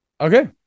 Okay